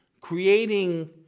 creating